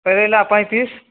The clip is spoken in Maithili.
करैला पैँतिस